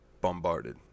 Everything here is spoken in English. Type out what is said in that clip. bombarded